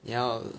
你要